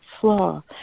flaw